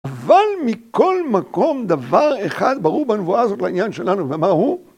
אבל מכל מקום דבר אחד ברור בנבואה הזאת לעניין שלנו ומה הוא?